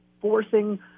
forcing